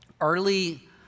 early